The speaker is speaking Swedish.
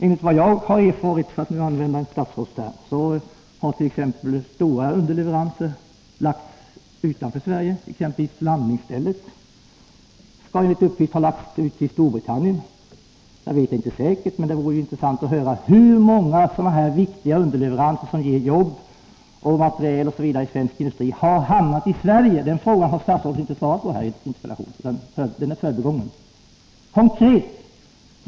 Enligt vad jag har erfarit, för att använda en statsrådsterm, har t.ex. stora underleveranser lagts utanför Sverige. Enligt uppgift skallt.ex. tillverkningen av landningsställ ha lagts ut till Storbritannien. Detta vet jag inte säkert, men det vore intressant att få höra hur många sådana här viktiga underleveranser, som ger jobb, som har hamnat i Sverige. Den frågan har försvarsministern som sagt inte svarat på, utan den är förbigången.